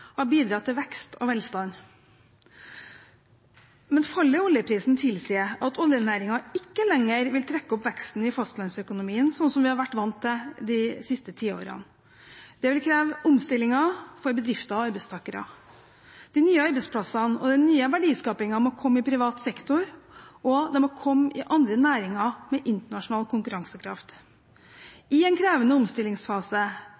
har bidratt til vekst og velstand. Men fallet i oljeprisen tilsier at oljenæringen ikke lenger vil trekke opp veksten i fastlandsøkonomien, slik som vi har vært vant til de siste tiårene. Det vil kreve omstillinger for bedrifter og arbeidstakere. De nye arbeidsplassene og den nye verdiskapingen må komme i privat sektor, og det må komme i andre næringer med internasjonal